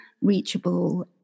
reachable